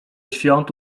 świąt